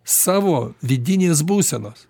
savo vidinės būsenos